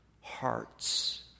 hearts